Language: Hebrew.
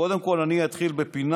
קודם כול אני אתחיל בפינת